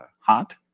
hot